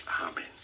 Amen